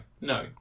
no